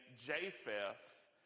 Japheth